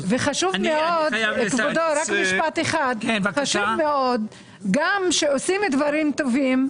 כבודו, חשוב מאוד, גם כשעושים דברים טובים,